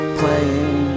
playing